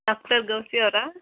doctor ಗೋಪಿಯವರಾ